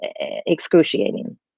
Excruciating